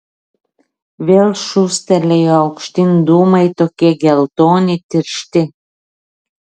vėl šūstelėjo aukštyn dūmai tokie geltoni tiršti